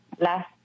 last